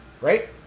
Right